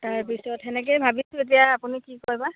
তাৰপিছত সেনেকেই ভাবিছোঁ এতিয়া আপুনি কি কয় বা